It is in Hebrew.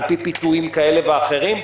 על פי פיתויים כאלה ואחרים,